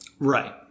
Right